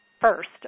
first